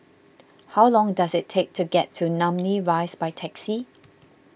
how long does it take to get to Namly Rise by taxi